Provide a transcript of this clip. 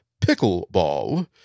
pickleball